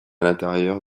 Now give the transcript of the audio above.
l’intérieur